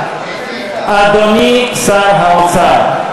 אדוני שר האוצר,